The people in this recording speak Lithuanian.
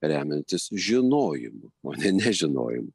remiantis žinojimu o ne nežinojimu